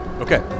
Okay